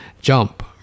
jump